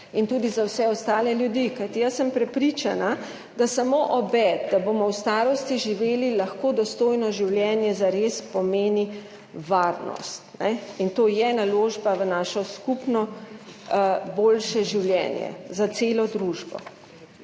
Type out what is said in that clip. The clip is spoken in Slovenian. in tudi za vse ostale ljudi. Kajti, jaz sem prepričana, da samo obet, da bomo v starosti živeli lahko dostojno življenje, zares pomeni varnost in to je naložba v našo skupno boljše življenje za celo družbo.